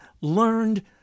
learned